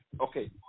Okay